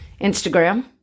Instagram